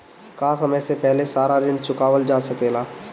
का समय से पहले सारा ऋण चुकावल जा सकेला?